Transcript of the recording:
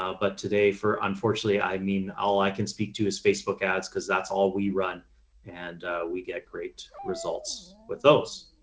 ah but today for unfortunately, i mean, all i can speak to is facebook ads. cause that's all we run and we get great results with those.